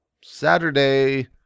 Saturday